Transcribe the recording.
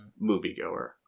moviegoer